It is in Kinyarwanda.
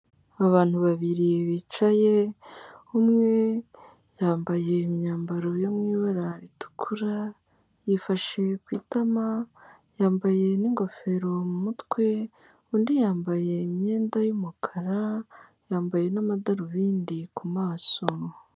Abantu babiri bicaye, umwe yambaye imyambaro yo mu ibara ritukura, yifashe ku itama, yambaye n'ingofero mu mutwe, undi yambaye imyenda y'umukara, yambaye n'amadarubindi ku maso.